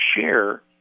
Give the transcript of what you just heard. share